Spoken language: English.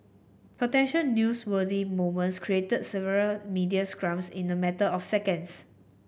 potential newsworthy moments created several media scrums in a matter of seconds